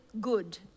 good